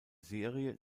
serie